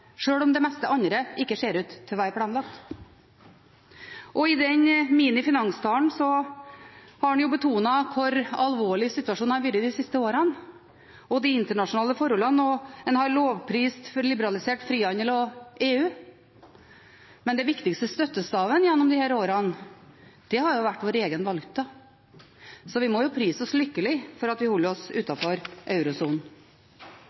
sjøl om det meste andre ikke ser ut til å være planlagt. I den mini-finanstalen har man betont hvor alvorlig situasjonen har vært de siste årene, og de internasjonale forholdene, og man har lovprist liberalisert frihandel og EU. Men den viktigste støttestaven gjennom disse årene har vært vår egen valuta, så vi må prise oss lykkelige for at vi holder oss